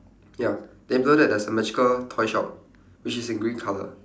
ya then below that there's a magical toy shop which is in green colour